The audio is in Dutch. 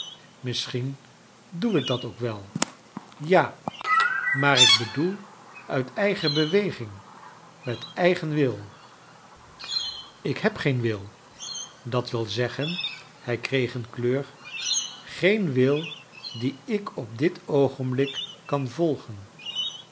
misschien doe ik dat ook wel ja maar ik bedoel uit eigen beweging met eigen wil ik heb geen wil dat wil zeggen hij kreeg een kleur geen wil dien ik op dit oogenblik kan volgen